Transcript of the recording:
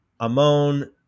Ammon